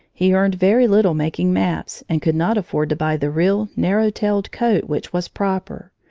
he earned very little making maps and could not afford to buy the real, narrow-tailed coat which was proper.